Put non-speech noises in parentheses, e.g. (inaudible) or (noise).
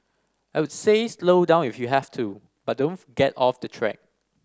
I would say slow down if you have to but don't (unintelligible) get off the track